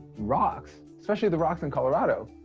rocks, especially the rocks in colorado,